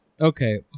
okay